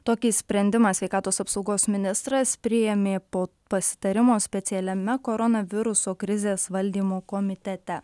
tokį sprendimą sveikatos apsaugos ministras priėmė po pasitarimo specialiame koronaviruso krizės valdymo komitete